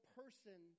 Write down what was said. person